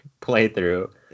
playthrough